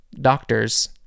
doctors